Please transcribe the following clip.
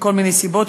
מכל מיני סיבות,